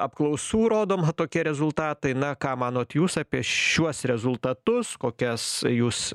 apklausų rodoma tokie rezultatai na ką manot jūs apie šiuos rezultatus kokias jūs